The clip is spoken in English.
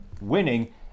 winning